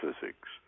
physics